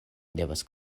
devas